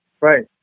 Right